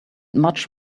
much